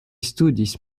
studis